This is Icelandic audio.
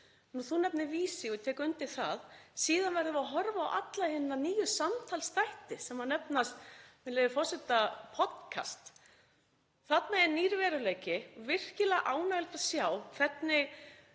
Þú nefnir Vísi og ég tek undir það. Síðan verðum við að horfa á alla hina nýju samtalsþætti sem nefnast, með leyfi forseta, „podcast“. Þarna er nýr veruleiki og virkilega ánægjulegt að sjá hvernig